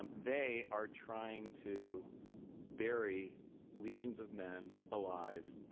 and they are trying to bury legions of men alive,